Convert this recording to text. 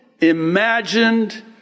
imagined